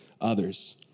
others